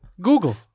Google